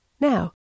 Now